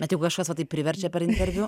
bet juk kažkas va taip priverčia per interviu